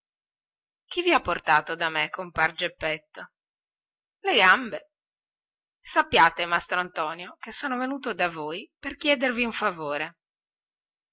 chi vi ha portato da me compar geppetto le gambe sappiate mastrantonio che son venuto da voi per chiedervi un favore